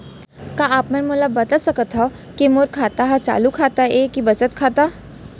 का आप मन मोला बता सकथव के मोर खाता ह चालू खाता ये के बचत खाता?